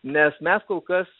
nes mes kol kas